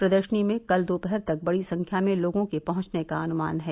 प्रदर्शनी में कल दोपहर तक बड़ी संख्या में लोगों के पहुंचने का अनुमान है